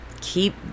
keep